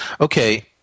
okay